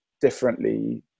differently